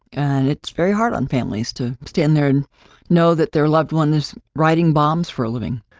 and it's very hard on families to stand there and know that their loved one is writing bombs for a living.